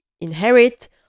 inherit